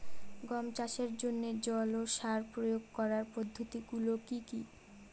গম চাষের জন্যে জল ও সার প্রয়োগ করার পদ্ধতি গুলো কি কী?